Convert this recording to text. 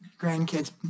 grandkids